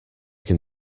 can